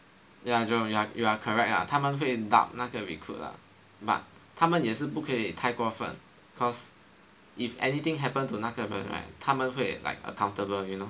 ya Joel you are correct ah 他们会 doubt 那个 recruit ah but 他们也是不可以太过分 cause if anything happen to 那个人 right 他们会 like accountable you know